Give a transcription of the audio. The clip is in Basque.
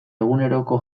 eguneroko